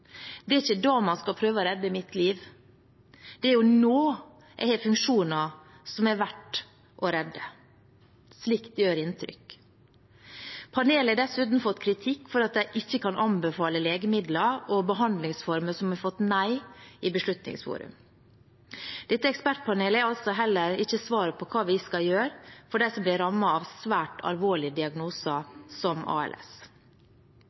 Det er ikke da man skal prøve å redde mitt liv. Det er jo nå jeg har funksjoner som er verdt å redde. Slikt gjør inntrykk. Panelet har dessuten fått kritikk for at de ikke kan anbefale legemidler og behandlingsformer som har fått nei i Beslutningsforum for nye metoder. Dette ekspertpanelet er heller ikke svaret på hva vi skal gjøre for dem som blir rammet av svært alvorlige diagnoser, som ALS.